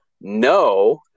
no